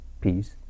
peace